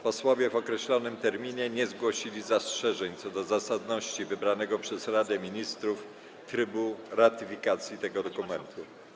Posłowie w określonym terminie nie zgłosili zastrzeżeń co do zasadności wybranego przez Radę Ministrów trybu ratyfikacji tego dokumentu.